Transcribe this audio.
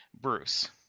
Bruce